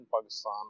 Pakistan